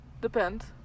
Depends